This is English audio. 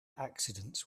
accidents